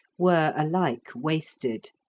were alike wasted.